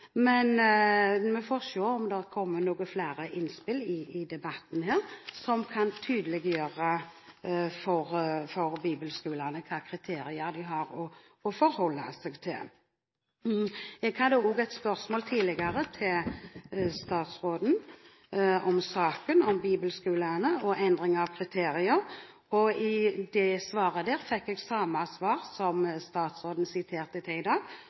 men vi får se om det kommer noen flere innspill i debatten, innspill som kan tydeliggjøre for bibelskolene hvilke kriterier de har å forholde seg til. Jeg hadde også tidligere et spørsmål til statsråden i saken om bibelskolene og endring av kriterier. På det spørsmålet fikk jeg samme svar som